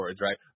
right